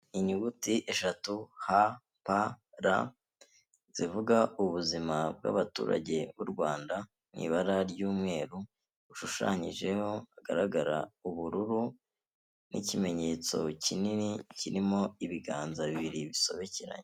Inyuguti eshatu h p r zivuga ubuzima bwabaturage b'u Rwanda mu ibara ry'umweru bushushanyijeho hagaragara ubururu n'ikimenyetso kinini kirimo ibiganza bibiri bisobekeranye.